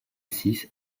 six